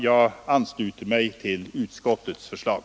Jag ansluter mig till utskottets förslag.